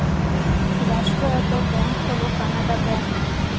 রাষ্ট্রায়ত্ত ব্যাঙ্ক হল কানাড়া ব্যাঙ্ক